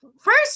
first